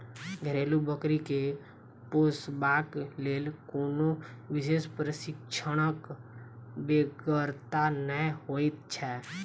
घरेलू बकरी के पोसबाक लेल कोनो विशेष प्रशिक्षणक बेगरता नै होइत छै